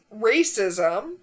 racism